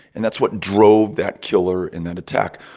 and that's what drove that killer in that attack.